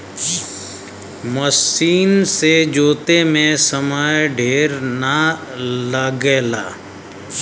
मसीन से जोते में समय ढेर ना लगला